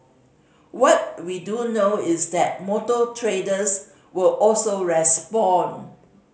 what we do know is that motor traders will also respond